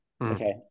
Okay